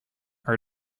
are